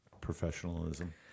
professionalism